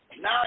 Now